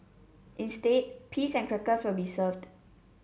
instead peas and crackers will be served